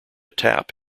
tap